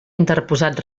interposat